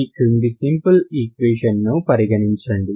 ఈ కింది simple equation ని పరిగణించండి